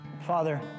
Father